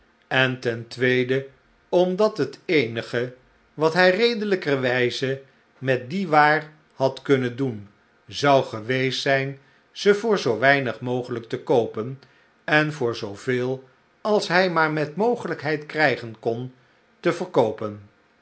en ten tweede omdat het eenige wat hi redelijkerwijze met die waar had kunnen doen zou geweest zijn ze voor zoo weinig mogelijk te koopen en voor zooveel als hi maar met mogelijkheid krijgen kon te verkoopen